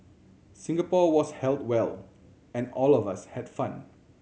Singapore was held well and all of us had fun